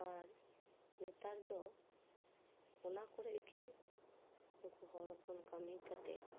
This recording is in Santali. ᱟᱨ ᱱᱮᱛᱟᱨ ᱫᱚ ᱚᱱᱟ ᱠᱚᱨᱮᱜᱮ ᱩᱱᱠᱩ ᱦᱚᱲ ᱦᱚᱯᱚᱱ ᱠᱟᱹᱢᱤ ᱠᱟᱛᱮ